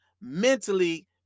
mentally